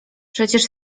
przecież